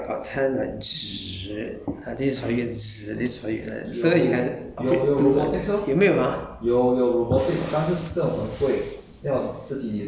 eh 有没有一个售卖机是有 like got hand coming out like got hand like sh~ ah this is for you sh~ this is for you like that so you had 有没有 ah